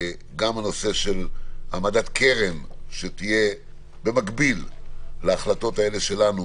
גם הנושא של העמדת קרן שתהיה במקביל להחלטות שלנו,